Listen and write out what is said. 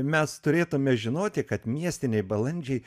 mes turėtume žinoti kad miestiniai balandžiai